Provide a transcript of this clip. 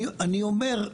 אני אומר,